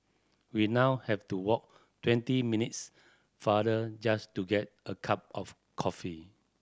we now have to walk twenty minutes farther just to get a cup of coffee